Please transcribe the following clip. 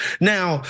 now